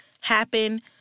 happen